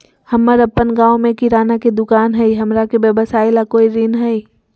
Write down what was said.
हमर अपन गांव में किराना के दुकान हई, हमरा के व्यवसाय ला कोई ऋण हई?